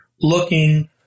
looking